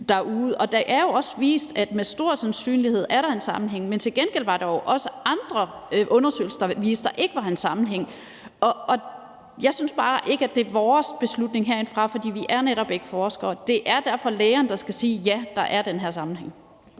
det er jo også vist, at der med stor sandsynlighed er en sammenhæng, men til gengæld var der også andre undersøgelser, der viste, at der ikke var en sammenhæng. Jeg synes bare ikke, at det er vores beslutning herindefra, for vi er netop ikke forskere. Det er derfor lægerne, der skal sige: Ja, der er den her sammenhæng.